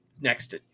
next